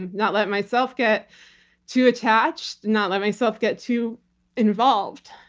and not let myself get too attached, not let myself get too involved.